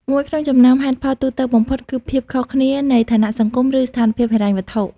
មួយក្នុងចំណោមហេតុផលទូទៅបំផុតគឺភាពខុសគ្នានៃឋានៈសង្គម ឬស្ថានភាពហិរញ្ញវត្ថុ។